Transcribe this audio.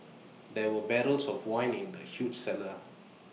there were barrels of wine in the huge cellar